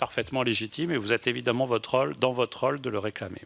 parfaitement légitime, et vous êtes évidemment dans votre rôle en relayant